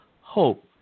hope